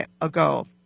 ago